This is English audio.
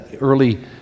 early